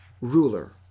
ruler